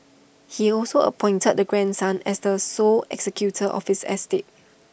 he also appointed the grandson as the sole executor of his estate